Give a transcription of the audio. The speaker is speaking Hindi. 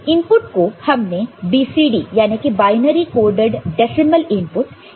इनपुट को हमने BCD यानी कि बायनरी कोडेड डेसिमल इनपुट ऐसे मेंशन किया है